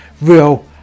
real